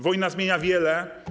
Wojna zmienia wiele.